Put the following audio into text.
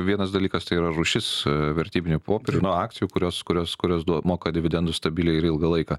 vienas dalykas tai yra rūšis vertybinių popierių nuo akcijų kurios kurios kurios moka dividendus stabiliai ir ilgą laiką